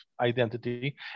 identity